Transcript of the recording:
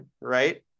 Right